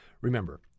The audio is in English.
Remember